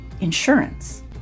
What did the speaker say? insurance